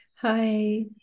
Hi